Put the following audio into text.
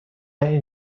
این